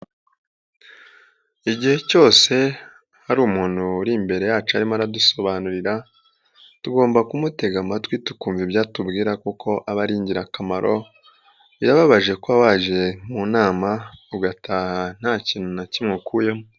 Igihe cyose hari umuntu uri imbere yacu arimo aradusobanurira tugomba kumutega amatwi tukumva ibyo atubwira kuko aba ari ingirakamaro, birababaje kuba wabaje mu nama ugataha nta kintu na kimwe ukuyemo.